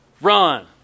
run